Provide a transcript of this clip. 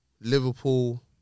Liverpool